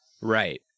Right